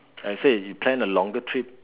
like I said you plan a longer trip